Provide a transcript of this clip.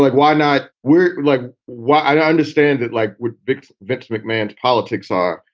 like why not? we're like, well, i don't understand it like with vince mcmahon, politics are.